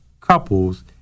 couples